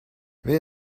wer